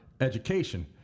education